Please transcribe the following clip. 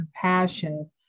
compassion